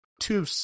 two